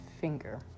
finger